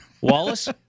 Wallace